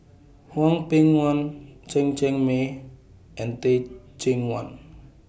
Hwang Peng Yuan Chen Cheng Mei and Teh Cheang Wan